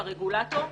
הרגולטור,